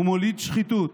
הוא מוליד שחיתות,